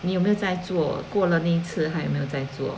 你有没有再做过了那次还有没有再做